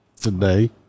today